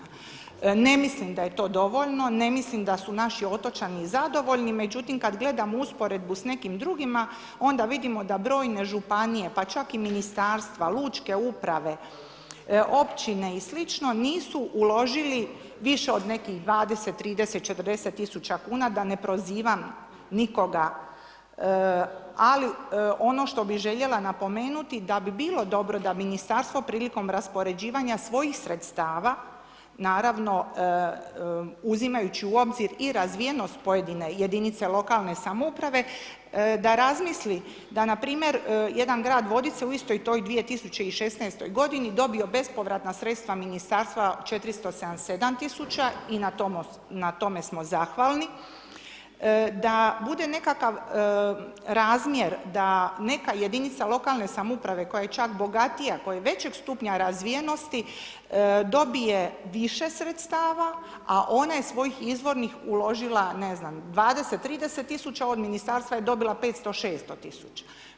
Ne mislim da je to dovoljno, ne mislim da je to dovoljno, ne mislim da su naši otočani zadovoljni, međutim kad gledam usporedbu s nekim drugima, onda vidimo da brojne županije, pa čak i ministarstva, lučke uprave, općine i sl., nisu uložili više od nekih 20, 30, 40 000 kuna da ne prozivam nikoga ali ono što bi željela napomenuti, da bi bilo dobro da ministarstvo prilikom raspoređivanja svojih sredstava naravno uzimajući u obzir i razvijenost pojedine jedinice lokalne samouprave, da razmislim, da npr. jedan grad Vodice u istoj toj 2016. godini dobio bespovratna sredstva ministarstva 477 000 i na tome smo zahvalni, da bude nekakav razmjer, da neka jedinica lokalne samouprave koja je čak bogatija, koja je većeg stupnja razvijenosti, dobije više sredstava a ona je svojih izvornih uložila ne znam 20, 30 000, od ministarstva je dobila 500, 600 000.